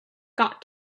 got